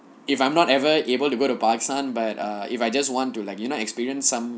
if I'm not ever able to go to pakistan but err if I just want to like you know experience some